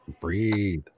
breathe